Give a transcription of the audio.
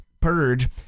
Purge